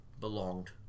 belonged